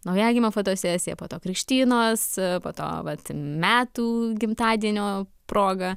naujagimio fotosesija po to krikštynos po to vat metų gimtadienio proga